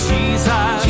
Jesus